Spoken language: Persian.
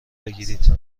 بگیرید